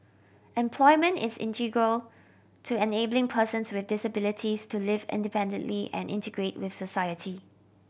employment is integral to enabling persons with disabilities to live independently and integrate with society